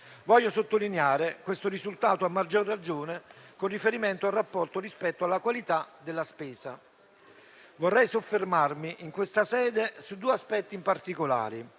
Voglio sottolineare questo risultato a maggior ragione con riferimento al rapporto rispetto alla qualità della spesa. Vorrei soffermarmi in questa sede su due aspetti in particolare: